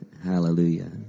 Hallelujah